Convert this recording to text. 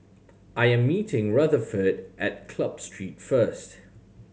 I am meeting Rutherford at Club Street first